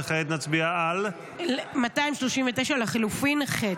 וכעת נצביע על --- 239 לחלופין ח'.